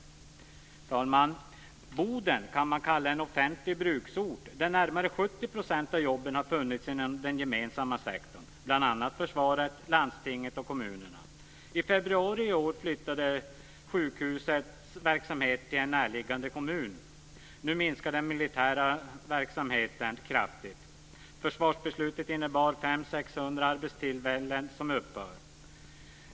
Fru talman! Boden kan man kalla en offentlig bruksort, där närmare 70 % av jobben har funnits inom den gemensamma sektorn, bl.a. försvaret, landstinget och kommunen. I februari i år flyttades sjukhusets verksamhet till en närliggande kommun. Nu minskar den militära verksamheten kraftigt. Försvarsbeslutet innebär att 500-600 arbetstillfällen upphör.